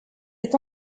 est